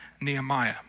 Nehemiah